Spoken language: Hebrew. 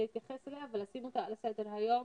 להתייחס אליה ולשים אותה על סדר היום.